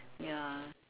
ya